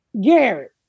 Garrett